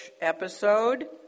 episode